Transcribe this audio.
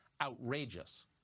outrageous